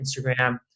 instagram